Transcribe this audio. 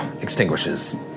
extinguishes